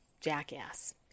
jackass